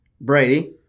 Brady